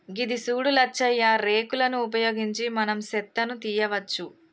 గిది సూడు లచ్చయ్య రేక్ లను ఉపయోగించి మనం సెత్తను తీయవచ్చు